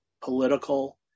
political